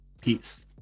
Peace